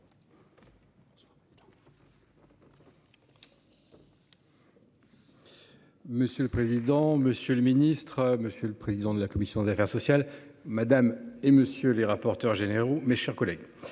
Monsieur le président, monsieur le ministre, monsieur le président de la commission des affaires sociales, madame et monsieur les rapporteurs généraux, mes chers collègues.